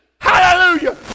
Hallelujah